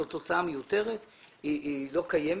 זאת הוצאה מיותרת שלא קיימת.